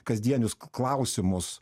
kasdienius klausimus